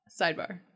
Sidebar